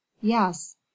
Yes